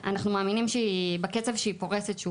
בקצב שהיא פורסת,